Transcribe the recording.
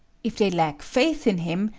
if they lack faith in him,